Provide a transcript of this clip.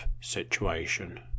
situation